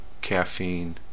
caffeine